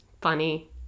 funny